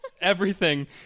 Everything-